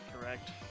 correct